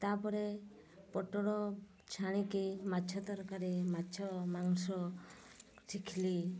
ତା'ପରେ ପୋଟଳ ଛାଣିକି ମାଛ ତରକାରୀ ମାଛ ମାଂସ ଶିଖିଲି